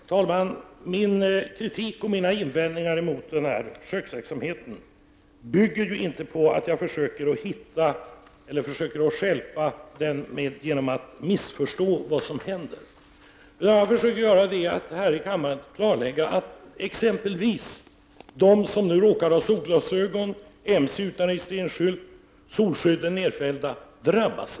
Herr talman! Min kritik och mina invändningar mot försöksverksamheten bygger inte på att jag försöker stjälpa den genom att missförstå vad som händer. Vad jag försöker göra är att här i kammaren klargöra att exempelvis de som råkar ha solglasögon, köra en mc utan registreringsskylt eller ha solskyddet nerfällt inte drabbas.